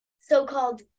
so-called